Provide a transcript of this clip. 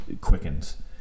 quickens